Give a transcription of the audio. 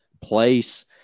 place